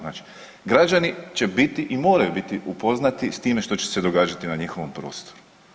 Znači, građani će biti i moraju biti upoznati s time što će se događati na njihovom prostoru.